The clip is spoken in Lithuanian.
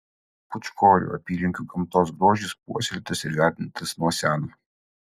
pūčkorių apylinkių gamtos grožis puoselėtas ir vertintas nuo seno